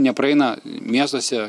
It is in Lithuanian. nepraeina miestuose